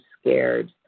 scared